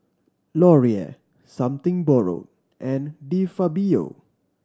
Laurier Something Borrowed and De Fabio